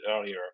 earlier